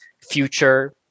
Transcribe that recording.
future